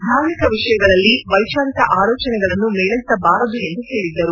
ಧಾರ್ಮಿಕ ವಿಷಯಗಳಲ್ಲಿ ವ್ಲೆಚಾರಿಕ ಆಲೋಚನೆಗಳನ್ನು ಮೇಳ್ಳೆಸಬಾರದು ಎಂದು ಹೇಳಿದ್ದರು